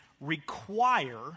require